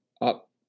up